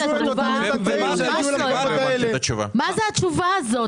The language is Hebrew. זה התשובה הזאת?